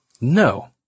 No